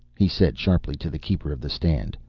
he said sharply to the keeper of the stand,